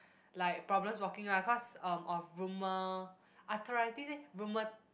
like problems walking ah cause um of rheuma~ arthritis eh rheuma~